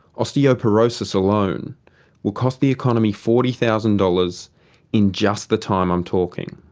osteoporosis alone will cost the economy forty thousand dollars in just the time i'm talking.